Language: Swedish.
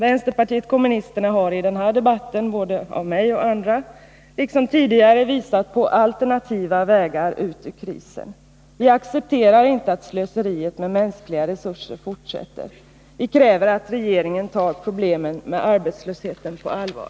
Vänsterpartiet kommunisterna har i den här debatten, liksom vi tidigare har gjort, både genom mig och andra visat på alternativa vägar ut ur krisen. Vi accepterar inte att slöseriet med mänskliga resurser fortsätter. Vi kräver att regeringen tar problemen med arbetslösheten på allvar.